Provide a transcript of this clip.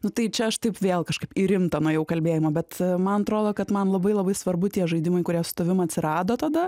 nu tai čia aš taip vėl kažkaip į rimtą nuėjau kalbėjimą bet man atrodo kad man labai labai svarbu tie žaidimai kurie su tavim atsirado tada